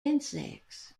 insects